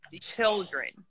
Children